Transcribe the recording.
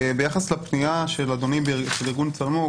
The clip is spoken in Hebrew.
ביחס לפנייה של אדוני של ארגון צלמו,